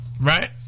right